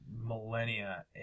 millennia